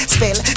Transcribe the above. Spell